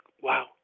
wow